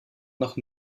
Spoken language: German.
nach